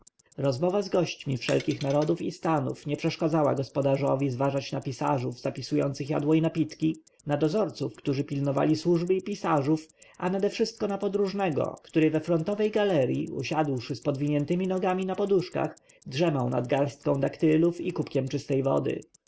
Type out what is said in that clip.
rozmowa z gośćmi wszelkich narodów i stanów nie przeszkadzała gospodarzowi zważać na pisarzów zapisujących jadło i napitki na dozorców którzy pilnowali służby i pisarzów a nadewszystko na podróżnego który we frontowej galerji usiadłszy z podwiniętemi nogami na poduszkach drzemał nad garstką daktylów i kubkiem czystej wody